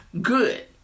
good